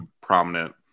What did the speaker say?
prominent